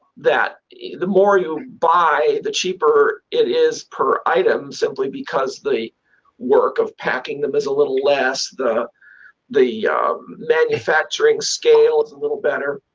that the more you buy, the cheaper it is per item, simply because the work of packing them is a little less, the the manufacturing scale is a little better.